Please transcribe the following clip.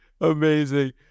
Amazing